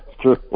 true